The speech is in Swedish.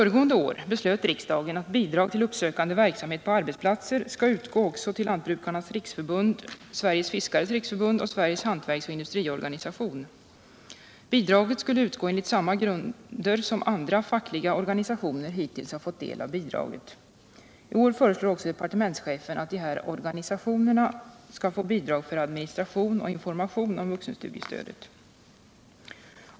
Föregående år beslöt riksdagen att bidrag till uppsökande verksamhet på arbetsplatser skall utgå också till Lantbrukarnas riksförbund, Sveriges fiskares riksförbund och Sveriges hantverksoch industriorganisation. Bidraget skulle utgå enligt samma grunder som för andra fackliga organisationer som hittills har fått del av bidraget. I år föreslår också departementschefen att de här organisationerna skall få bidrag för administration och information om vuxenstudiestödet.